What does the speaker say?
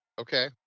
okay